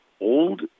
old